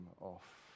off